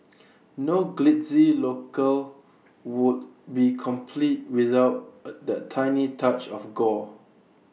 no glitzy locale would be complete without A the tiny touch of gore